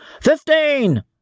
Fifteen